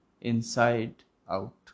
inside-out